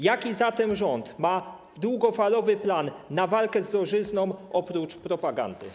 Jaki zatem rząd ma długofalowy plan na walkę z drożyzną oprócz propagandy?